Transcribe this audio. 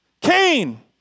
Cain